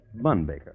Bunbaker